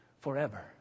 forever